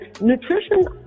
nutrition